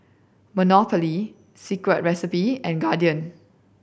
Monopoly Secret Recipe and Guardian